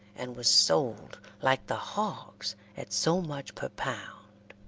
and was sold, like the hogs, at so much per pound.